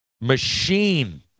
machine